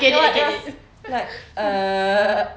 it was it was like err